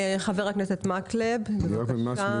חבר הכנסת מקלב, בבקשה.